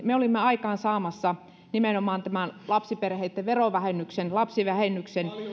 me olimme aikaansaamassa nimenomaan tämän lapsiperheitten verovähennyksen lapsivähennyksen